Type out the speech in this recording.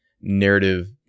narrative